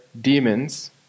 demons